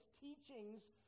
teachings